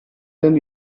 denn